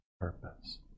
purpose